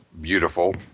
beautiful